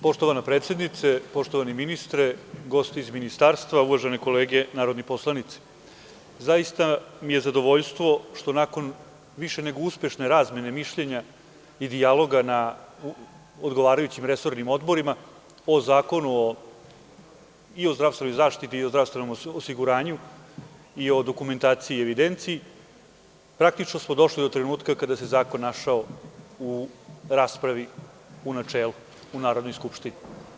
Poštovana predsednice, poštovani ministre, gosti iz Ministarstva, uvažene kolege narodni poslanici, zaista mi je zadovoljstvo što, nakon više nego uspešne razmene mišljenja i dijaloga na odgovarajućim resornim odborima o zakonu i o zdravstvenoj zaštiti i zdravstvenom osiguranju i o dokumentaciji i evidenciji, praktično smo došli do trenutka kada se zakon našao u raspravi u načelu u Narodnoj skupštini.